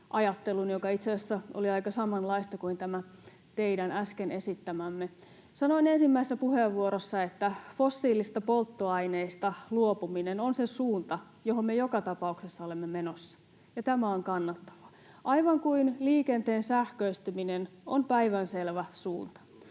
oli aika samanlaista kuin tämä teidän äsken esittämänne. Sanoin ensimmäisessä puheenvuorossani, että fossiilisista polttoaineista luopuminen on se suunta, johon me joka tapauksessa olemme menossa, ja tämä on kannattavaa, aivan kuten liikenteen sähköistyminen on päivänselvä suunta.